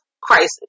crisis